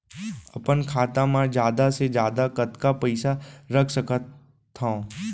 अपन खाता मा जादा से जादा कतका पइसा रख सकत हव?